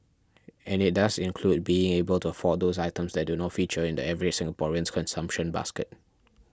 and it does include being able to afford those items that do not feature in the average Singaporean's consumption basket